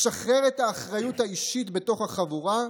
משחרר את האחריות האישית בתוך החבורה,